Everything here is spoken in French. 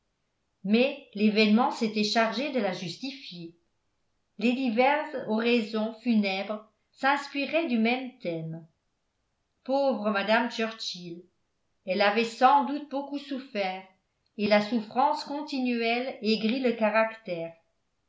mais l'événement s'était chargé de la justifier les diverses oraisons funèbres s'inspiraient du même thème pauvre mme churchill elle avait sans doute beaucoup souffert et la souffrance continuelle aigrit le caractère